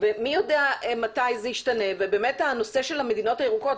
ומי יודע מתי זה ישתנה ובאמת הנושא של המדינות הירוקות,